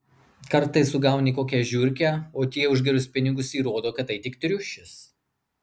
kartais sugauni kokią žiurkę o tie už gerus pinigus įrodo kad tai tik triušis